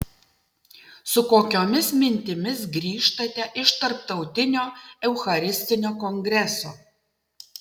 su kokiomis mintimis grįžtate iš tarptautinio eucharistinio kongreso